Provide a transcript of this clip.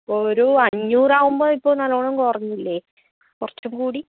അപ്പോൾ ഒരു അഞ്ഞൂറ് ആകുമ്പോൾ ഇപ്പോൾ നല്ലോണം കുറഞ്ഞില്ലേ കുറച്ചും കൂടി